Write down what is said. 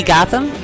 Gotham